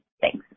Thanks